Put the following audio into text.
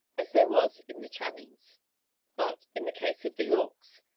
as there was in the channings but, in the case of the yorkes,